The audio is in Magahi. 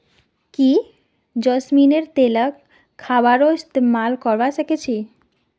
की जैस्मिनेर तेलक खाबारो इस्तमाल करवा सख छ